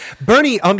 Bernie